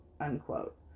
unquote